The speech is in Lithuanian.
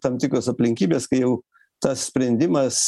tam tikros aplinkybės kai jau tas sprendimas